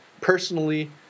Personally